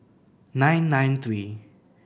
nine nine three